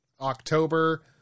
October